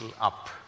up